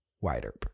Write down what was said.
wider